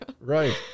Right